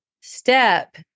step